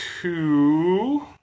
two